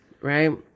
right